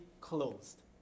closed